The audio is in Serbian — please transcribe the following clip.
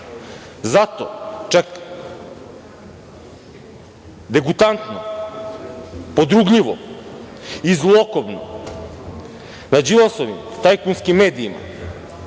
čak degutantno, podrugljivo i zlokobno na Đilasovim tajkunskim medijima